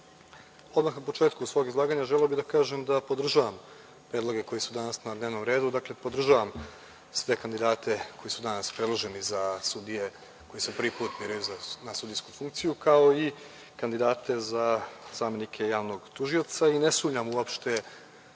odmah na početku svog izlaganja želeo bih da kažem da podržavam predloge koji su danas na dnevnom redu. Dakle, podržavam sve kandidate koji su danas predloženi za sudije, koji se prvi put biraju na sudijsku funkciju, kao i kandidate za zamenike javnog tužioca i ne sumnjam uopšte